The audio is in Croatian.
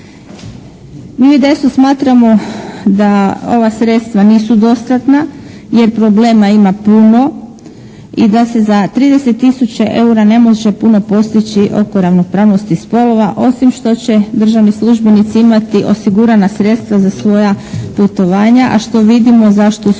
Mi u IDS-u smatramo da ova sredstva nisu dostatna jer problema ima puno i da se za 30 000 eura ne može puno postići oko ravnopravnosti spolova osim što će državni službenici imati osigurana sredstva za svoja putovanja, a što vidimo za što su